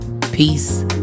Peace